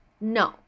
No